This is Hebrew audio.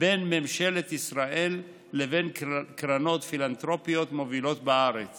בין ממשלת ישראל לבין קרנות פילנתרופיות מובילות בארץ